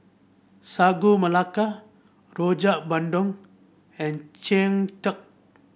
Sagu Melaka Rojak Bandung and Cheng Tng